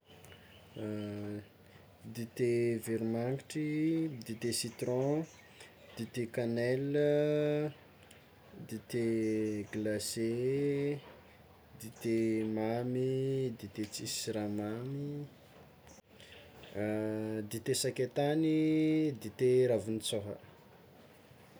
Dite veromangitry, dite citron, dite kanelina, dite glace, dite mamy, dite tsisy siramamy, dite sakaitany, dite ranintsôha.